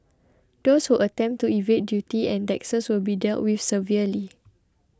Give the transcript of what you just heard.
those who attempt to evade duty and taxes will be dealt with severely